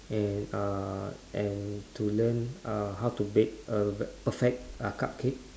and uh and to learn uh how to bake a p~ perfect uh cupcake